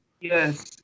Yes